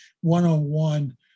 one-on-one